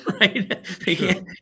Right